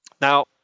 Now